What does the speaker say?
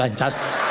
ah just